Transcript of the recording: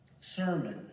sermon